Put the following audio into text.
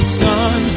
sun